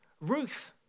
Ruth